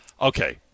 Okay